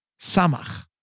Samach